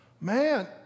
Man